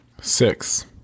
six